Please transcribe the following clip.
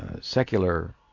secular